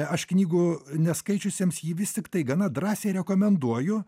aš knygų neskaičiusiems jį vis tiktai gana drąsiai rekomenduoju